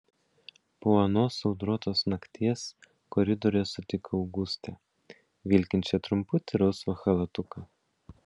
po anos audrotos nakties koridoriuje sutiko augustę vilkinčią trumputį rausvą chalatuką